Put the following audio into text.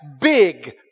big